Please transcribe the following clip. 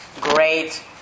great